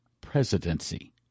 presidency